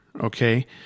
okay